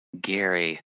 Gary